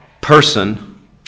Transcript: person